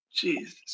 Jesus